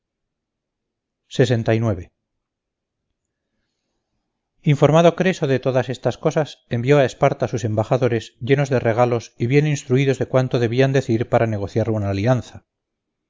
parte del peloponeso informado creso de todas estas cosas envió a esparta sus embajadores llenos de regalos y bien instruidos de cuanto debían decir para negociar una alianza